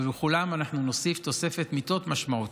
ובכולם אנחנו נוסיף תוספת מיטות משמעותית.